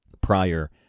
prior